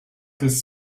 this